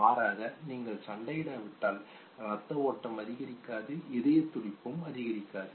மாறாக நீங்கள் சண்டையிடாவிட்டால் ரத்த ஓட்டம் அதிகரிக்காது இதயத் துடிப்பும் அதிகரிக்காது